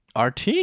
RT